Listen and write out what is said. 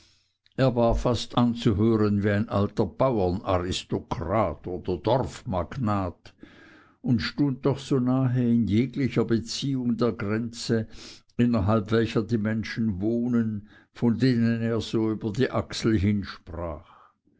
er war fast anzuhören wie ein alter bauernaristokrat oder dorfmagnat und stund doch so nahe in jeglicher beziehung der grenze innerhalb welcher die menschen wohnen von denen er so über die achsel hin